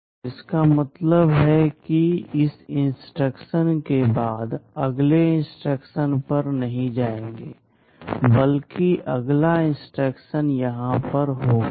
तो इसका मतलब है कि इस इंस्ट्रक्शन के बाद हम अगले इंस्ट्रक्शन पर नहीं जाएंगे बल्कि अगला इंस्ट्रक्शन यहां पर होगा